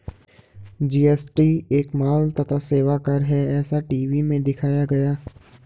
GST एक माल तथा सेवा कर है ऐसा टी.वी में दिखाया गया